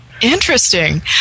interesting